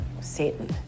satan